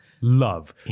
love